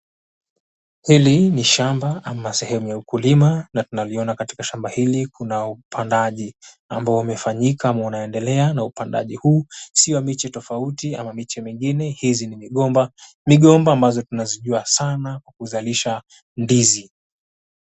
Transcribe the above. Hili ni shamba ama sehemu ya ukulima na tunavyoona katika shamba hili kuna upandaji ambao umefanyika ama unaendelea, na upandaji huu sio mechi tofauti ama miche mingine hizi ni migomba. Migomba ambazo tunazijua sana kwa kuzalisha ndizi.